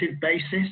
basis